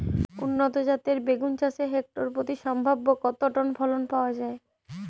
উন্নত জাতের বেগুন চাষে হেক্টর প্রতি সম্ভাব্য কত টন ফলন পাওয়া যায়?